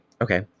Okay